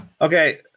Okay